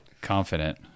confident